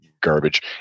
garbage